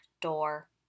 door